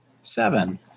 seven